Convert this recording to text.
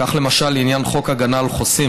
כך למשל לעניין חוק הגנה על חוסים,